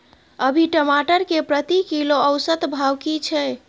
अभी टमाटर के प्रति किलो औसत भाव की छै?